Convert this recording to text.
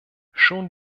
schon